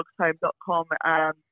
dogshome.com